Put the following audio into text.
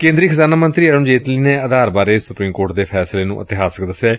ਕੇ'ਦਰੀ ਖਜ਼ਾਨਾ ਮੰਤਰੀ ਅਰੂਣ ਜੇਤਲੀ ਨੇ ਆਧਾਰ ਬਾਰੇ ਸੁਪਰੀਮ ਕੋਰਟ ਦੇ ਫੈਸਲੇ ਨੂੰ ਇਤਿਹਾਸਕ ਦਸਿਐ